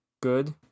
good